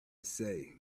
say